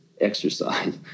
Exercise